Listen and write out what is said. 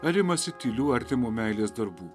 ar imasi tylių artimo meilės darbų